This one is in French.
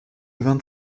vingt